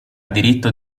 diritto